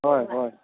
ꯍꯣꯏ ꯍꯣꯏ